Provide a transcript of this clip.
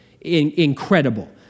Incredible